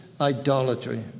idolatry